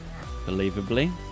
Believably